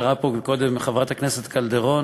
כמו שתיארה פה קודם חברת הכנסת קלדרון,